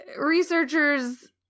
researchers